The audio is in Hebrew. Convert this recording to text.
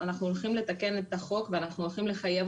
אנחנו הולכים לתקן את החוק ואנחנו הולכים לחייב